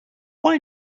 why